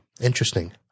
interesting